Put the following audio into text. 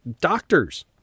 Doctors